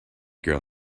girl